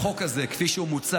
כרגע העניין בחוק הזה כפי שהוא מוצג